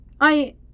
I-